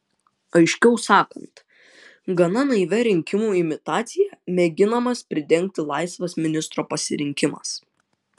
aiškiau sakant gana naivia rinkimų imitacija mėginamas pridengti laisvas ministro pasirinkimas